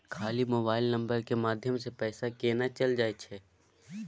खाली mobile number के माध्यम से पैसा केना चल जायछै?